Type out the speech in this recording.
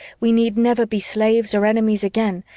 we need never be slaves or enemies again,